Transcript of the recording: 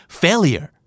failure